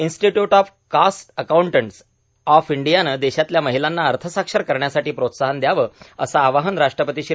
institute of cost accountants of इंडियानं देशातल्या महिलांना अर्थसाक्षर करण्यासाठी प्रोत्साहन द्यावं असं आवाहन राष्ट्रपती श्री